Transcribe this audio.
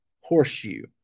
horseshoe